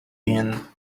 been